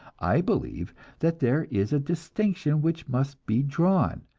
i believe that there is a distinction which must be drawn,